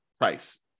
price